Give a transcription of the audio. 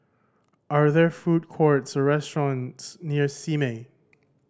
are there food courts or restaurants near Simei